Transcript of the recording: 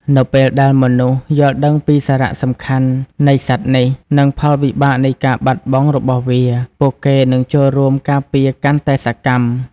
នៅពេលដែលមនុស្សយល់ដឹងពីសារៈសំខាន់នៃសត្វនេះ និងផលវិបាកនៃការបាត់បង់របស់វា ពួកគេនឹងចូលរួមការពារកាន់តែសកម្ម។